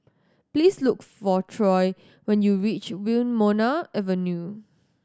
please look for Troy when you reach Wilmonar Avenue